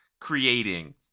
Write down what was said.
creating